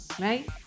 right